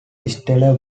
stellar